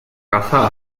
caza